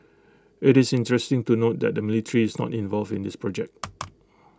IT is interesting to note that the military is not involved in this project